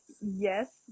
yes